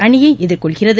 அணியை எதிர்கொள்கிறது